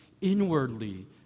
inwardly